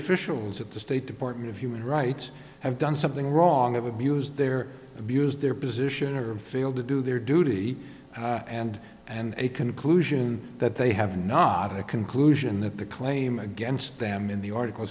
officials at the state department of human rights have done something wrong of abuse their abuse their position or failed to do their duty and and a conclusion that they have not a conclusion that the claim against them in the article